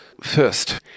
First